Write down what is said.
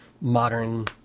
modern